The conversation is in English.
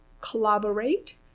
collaborate